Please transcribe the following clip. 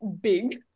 big